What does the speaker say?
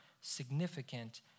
significant